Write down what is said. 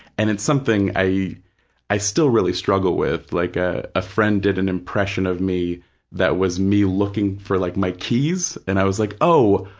and it's something i i still really struggle with. like ah a friend did an impression of me that was me looking for like my keys, and i was like, oh,